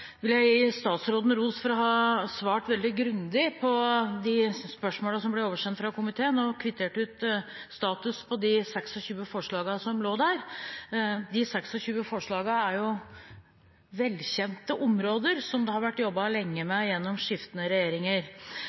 for at hun har kvittert ut status på de 26 forslagene som lå der. De 26 forslagene er velkjente områder, som det har vært jobbet lenge med gjennom skiftende regjeringer.